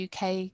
UK